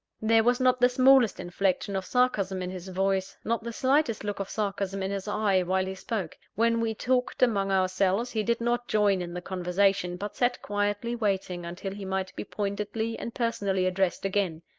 there was not the smallest inflection of sarcasm in his voice, not the slightest look of sarcasm in his eye, while he spoke. when we talked among ourselves, he did not join in the conversation but sat quietly waiting until he might be pointedly and personally addressed again.